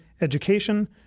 education